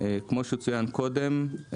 כמו שצוין קודם,